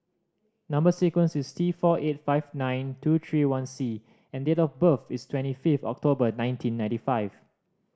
number sequence is T four eight five nine two three one C and date of birth is twenty fifth October nineteen ninety five